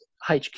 HQ